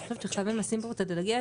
אני חושבת שחייבים לשים פה את הדגש.